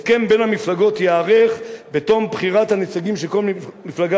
הסכם בין המפלגות ייערך בתום בחירת הנציגים של כל מפלגה